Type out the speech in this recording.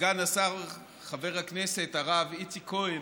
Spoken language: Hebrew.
סגן השר חבר הכנסת הרב איציק כהן,